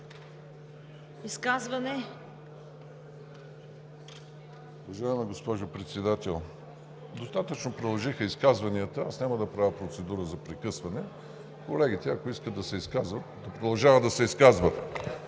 Уважаема госпожо Председател, достатъчно продължиха изказванията. Аз няма да правя процедура за прекъсване и колегите, ако искат да се изказват, да продължават да се изказват.